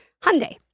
Hyundai